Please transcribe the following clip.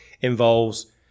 involves